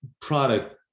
product